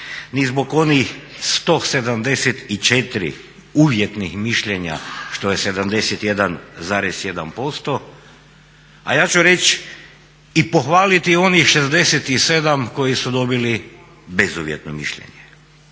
ni zbog onih 174 uvjetnih mišljenja što je 71,1%, a ja ću reći i pohvaliti onih 67 koji su dobili bezuvjetno mišljenje.